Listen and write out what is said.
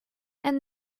and